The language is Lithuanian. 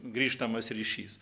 grįžtamas ryšys